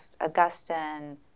Augustine